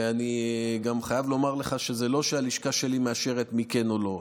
ואני גם חייב לומר לך שלא שהלשכה שלי מאשרת מי כן ומי לא,